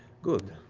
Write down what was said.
good.